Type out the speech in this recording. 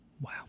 Wow